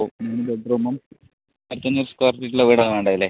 ഓ ആയിരത്തഞ്ഞൂറ് square feet ഉള്ള വീടാണ് വേണ്ടത് അല്ലേ